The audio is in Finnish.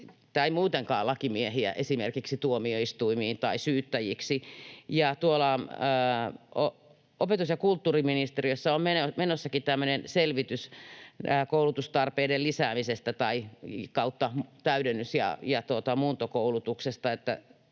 tai muutenkaan lakimiehiä esimerkiksi tuomioistuimiin tai syyttäjiksi. Opetus- ja kulttuuriministeriössä on menossa tämmöinen selvitys koulutustarpeiden lisäämisestä tai täydennys- ja muuntokoulutuksesta,